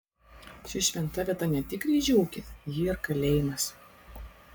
ši šventa vieta ne tik ryžių ūkis ji ir kalėjimas